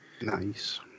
Nice